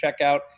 checkout